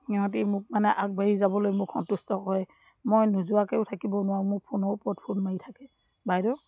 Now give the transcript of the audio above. সিহঁতি মোক মানে আগবাঢ়ি যাবলৈ মোক সন্তুষ্ট কৰে মই নোযোৱাকৈয়ো থাকিব নোৱাৰোঁ মোৰ ফোনৰ ওপৰত ফোন মাৰি থাকে বাইদেউ